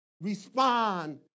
respond